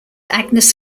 agnes